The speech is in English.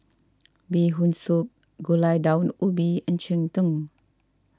Bee Hoon Soup Gulai Daun Ubi and Cheng Tng